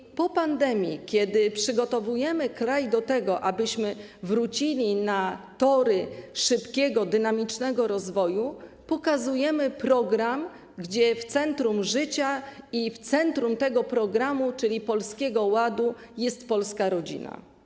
I po pandemii, kiedy przygotowujemy kraj do tego, aby wrócić na tory szybkiego, dynamicznego rozwoju, pokazujemy program, w którym w centrum życia - i w centrum tego programu, czyli Polskiego Ładu - jest polska rodzina.